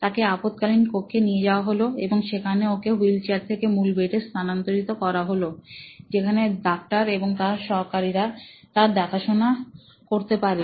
তাকে আপদকালীন কক্ষে নিয়ে যাওয়া হলো এবং সেখানে ওকে হুইলচেয়ার থেকে মূল বেডে স্থানান্তর করা হলো যেখানে ডাক্তার এবং তাঁদের সহকারিরা তার দেখা শুনা করতে পারে